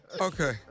Okay